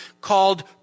called